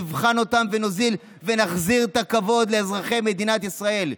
נבחן אותם ונוזיל ונחזיר את הכבוד לאזרחי מדינת ישראל,